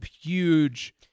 huge